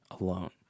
alone